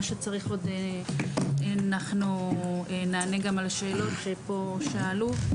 שצריך עוד אנחנו נענה גם על השאלות שפה שאלו.